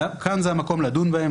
כאן זה המקום לדון בהן,